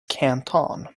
canton